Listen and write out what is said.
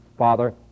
Father